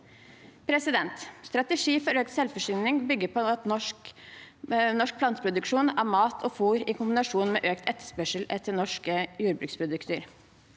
Strategi for økt selvforsyning bygger på norsk planteproduksjon av mat og fôr, i kombinasjon med økt etterspørsel etter norske jordbruksprodukter.